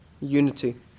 unity